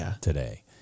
today